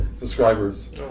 Subscribers